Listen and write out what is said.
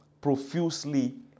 profusely